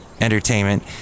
Entertainment